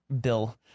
bill